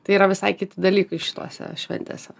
tai yra visai kiti dalykai šitose šventėse